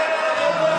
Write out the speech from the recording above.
הוא הכי שונה,